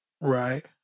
Right